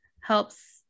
helps